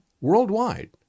worldwide